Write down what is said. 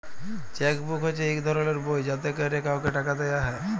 cheque book হছে ইক ধরলের বই যাতে ক্যরে কাউকে টাকা দিয়া হ্যয়